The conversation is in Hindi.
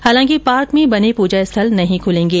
हालांकि पार्क में बने पूजा स्थल नहीं खूलेंगे